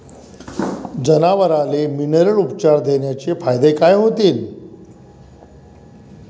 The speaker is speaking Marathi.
जनावराले मिनरल उपचार देण्याचे फायदे काय होतीन?